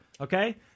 Okay